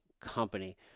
company